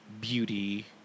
beauty